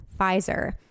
Pfizer